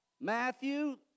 Matthew